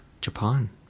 japan